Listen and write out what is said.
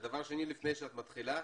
דבר שני, לפני שאת מתחילה,